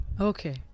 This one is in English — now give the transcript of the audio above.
okay